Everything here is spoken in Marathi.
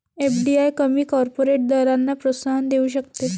एफ.डी.आय कमी कॉर्पोरेट दरांना प्रोत्साहन देऊ शकते